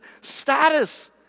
status